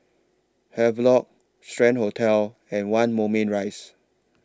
Havelock Strand Hotel and one Moulmein Rise